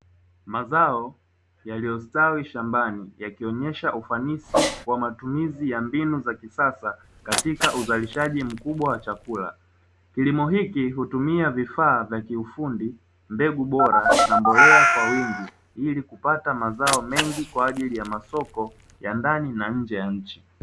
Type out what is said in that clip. Mazao yaliyostawi shambani, yakionyesha ufanisi wa matumizi ya mbinu za kisasa katika uzalishaji mkubwa wa chakula. Kilimo hiki hutumia vifaa vya kiufundi, mbegu bora na mbolea kwa wingi ili kupata mazao mengi kwa ajili ya masoko ya ndani na nje ya nchi.